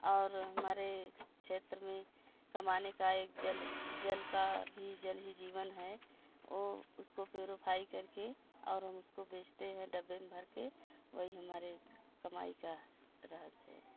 और हमारे क्षेत्र में कमाने का एक जल जल का ही जल ही जीवन है ओ उसको प्योरीफाई करके और हम उसको बेचते हैं डब्बे में भर के वही हमारे कमाई का राज है